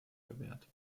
gewährt